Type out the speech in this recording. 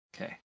okay